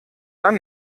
dann